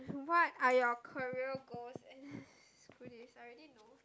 what are your career goals and screw this i already know